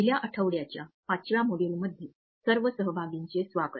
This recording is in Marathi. पहिल्या आठवड्याच्या 5 व्या मॉड्यूलमध्ये सर्व सहभागींचे स्वागत